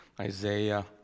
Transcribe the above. Isaiah